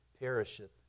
perisheth